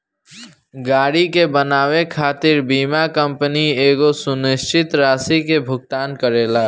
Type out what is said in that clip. गाड़ी के बनावे खातिर बीमा कंपनी एगो सुनिश्चित राशि के भुगतान करेला